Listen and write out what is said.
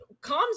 comms